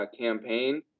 campaign